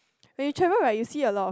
when you travel right you see a lot of